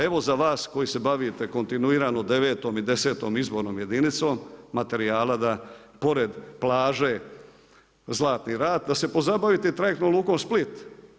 Evo za vas koji se bavite kontinuirano devetom i desetom izbornom jedinicom, materijala da pored plaže Zlatni rat da se pozabavite i trajektnom lukom Split.